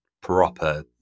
proper